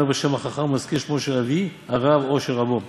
אומר בשם החכם ומזכיר שמו של אבי הרב או של רבו ואומר: